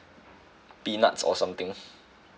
peanuts or something